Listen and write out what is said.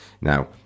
Now